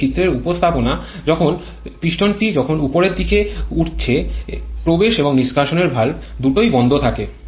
এটি চিত্রের উপস্থাপনা যখন পিস্টনটি যখন উপরের দিকে উঠছে প্রবেশ এবং নিষ্কাশন ভালভ দুটোই বন্ধ থাকে